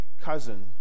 cousin